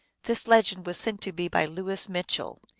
this legend was sent to me by louis mitchell.